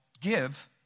give